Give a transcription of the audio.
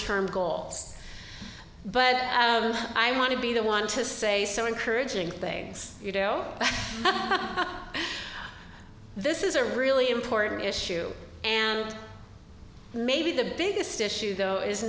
term goal but i want to be the one to say so encouraging things you know this is a really important issue and maybe the biggest issue though is